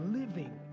living